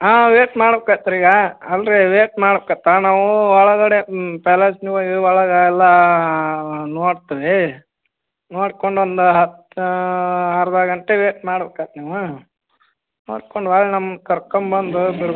ಹಾಂ ವೇಟ್ ಮಾಡ್ಬೇಕಾಗತ್ರಿ ಈಗ ಅಲ್ರಿ ರೇಟ್ ಮಾಡ್ಕೊತ್ತಾ ನಾವು ಒಳಗಡೆ ಪ್ಯಾಲೇಸಿಗ್ ಹೋಗಿ ಒಳಗೆ ಎಲ್ಲ ನೋಡ್ತಿವ್ರಿ ನೋಡ್ಕೊಂಡು ಒಂದು ಹತ್ತು ಅರ್ಧ ಗಂಟೆ ವೇಟ್ ಮಾಡ್ಬೇಕಾಗತ್ ನೀವು ನೋಡ್ಕೊಂಡು ಹೊಳ್ಳಿ ನಮ್ಮನ್ನು ಕರ್ಕೊಂಬಂದ್ ಬಿಡ್ಬೇಕಾಗತ್